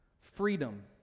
Freedom